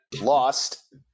lost